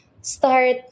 start